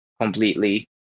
completely